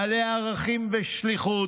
הם בעלי ערכים ושליחות,